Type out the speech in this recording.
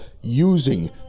using